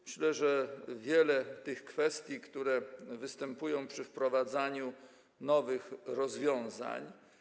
Myślę, że wiele tych kwestii, które występują przy wprowadzaniu nowych rozwiązań.